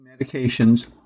medications